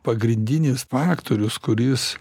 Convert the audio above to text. pagrindinis faktorius kuris